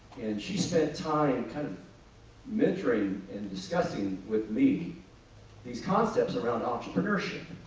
she spent time kind of mentoring and discussing with me these concepts around entrepreneurship.